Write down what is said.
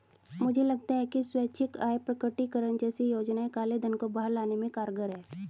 मुझे लगता है कि स्वैच्छिक आय प्रकटीकरण जैसी योजनाएं काले धन को बाहर लाने में कारगर हैं